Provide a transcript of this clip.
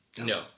no